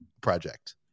project